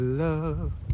love